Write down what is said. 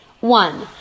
One